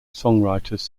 songwriters